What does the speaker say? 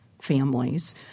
families